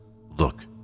Look